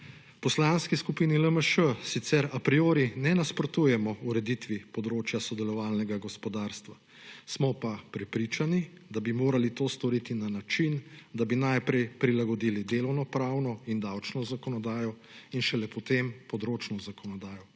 poslanski skupini LMŠ sicer a priori ne nasprotujemo ureditvi področja sodelovalnega gospodarstva, smo pa prepričani, da bi morali to storiti na način, da bi najprej prilagodili delovno-pravno in davčno zakonodajo in šele potem področno zakonodajo.